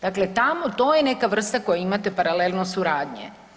Dakle, tamo, to je neka vrsta koju imate paralelno suradnje.